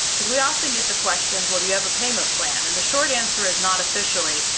cause we often get the questions, well do you have a payment plan? and the short answer is not officially,